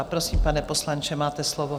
Prosím, pane poslanče, máte slovo.